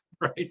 right